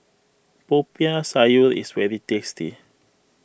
Popiah Sayur is very tasty